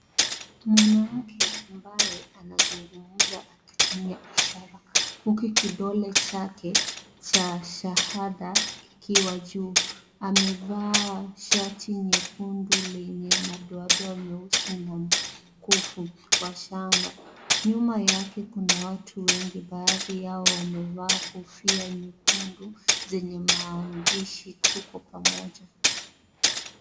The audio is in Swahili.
Mwanamke ambaye anazungumza akitumia ishara huku kidole chake cha shahada ikiwa juu. Amevaa shati nyekundu lenye madoadoa vyeusi na kuvu wa shanga. Nyuma yake kuna watu wengi , baadhi yao wamevaa kofia ya nyekundu zenye maandishi " Tuko pamoja".